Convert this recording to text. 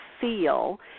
feel